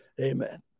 Amen